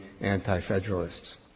anti-federalists